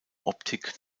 optik